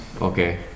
Okay